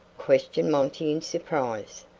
questioned monty in surprise.